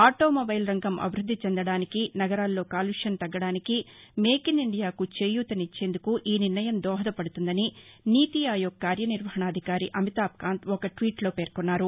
automobile రంగం అభివృద్ది చెందడానికి నగరాల్లో కాలుష్యం తగ్గడానికి మేక్ఇన్ ఇండియాకు చేయూతనిచ్చేందుకు ఈ నిర్ణయం దోహదపడుతుందని నీతీ ఆయోగ్ కార్యనిర్వహణాధికారి అబితాబ్కాంత్ ఒక ట్విట్లో పేర్కొన్నారు